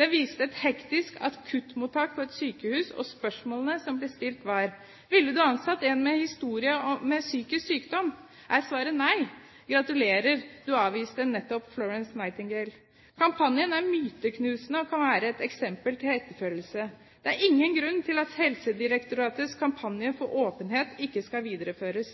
Det viste et hektisk akuttmottak på et sykehus, og spørsmålene som ble stilt, var: Ville du ansatt en med en historie med psykisk sykdom? Er svaret nei? Gratulerer: Du avviste nettopp Florence Nightingale. Kampanjen er myteknusende og kan være et eksempel til etterfølgelse. Det er ingen grunn til at Helsedirektoratets kampanje for åpenhet ikke skal videreføres.